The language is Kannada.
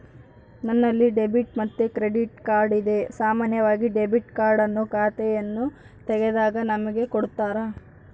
ನನ್ನಲ್ಲಿ ಡೆಬಿಟ್ ಮತ್ತೆ ಕ್ರೆಡಿಟ್ ಕಾರ್ಡ್ ಇದೆ, ಸಾಮಾನ್ಯವಾಗಿ ಡೆಬಿಟ್ ಕಾರ್ಡ್ ಅನ್ನು ಖಾತೆಯನ್ನು ತೆಗೆದಾಗ ನಮಗೆ ಕೊಡುತ್ತಾರ